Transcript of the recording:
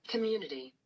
Community